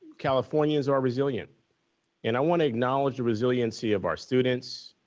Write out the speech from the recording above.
californians are resilient and i want to acknowledge the resiliency of our students,